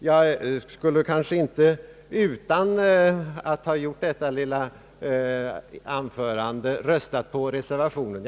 Utan att ha framfört detta lilla anförande skulle jag kanske ändå inte ha röstat för reservationen.